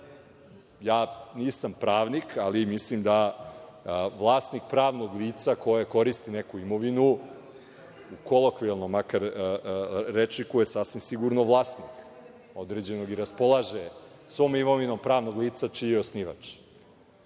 Nisam pravnik ali mislim da vlasnik pravnog lica koje koristi neku imovinu u kolokvijalnom rečniku je sasvim sigurno vlasnik i raspolaže svom imovinom pravnog lica čiji je osnivač. Mene